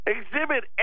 Exhibit